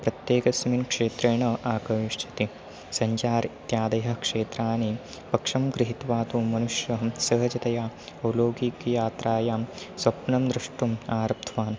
प्रत्येकस्मिन् क्षेत्रे आकर्षयति सञ्चारः इत्यादयः क्षेत्राणि पक्षं गृहित्वा तु मनुष्यं सहजतया औलोगीकीयात्रायां सप्नं द्रष्टुम् आरब्धवान्